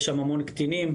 יש שם המון קטינים,